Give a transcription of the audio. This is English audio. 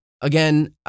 again